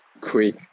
quick